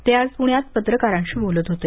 ते आज पुण्यात पत्रकारांशी बोलत होते